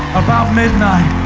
about midnight.